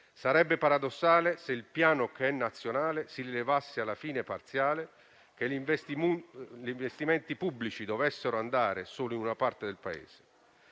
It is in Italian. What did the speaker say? Sarebbe paradossale se il Piano, che è nazionale, si rivelasse alla fine parziale e gli investimenti pubblici andassero solo a una parte del Paese.